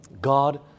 God